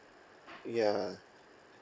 ya